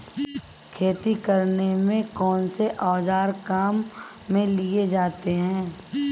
खेती करने में कौनसे औज़ार काम में लिए जाते हैं?